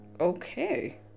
Okay